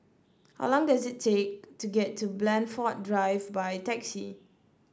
how long does it take to get to Blandford Drive by taxi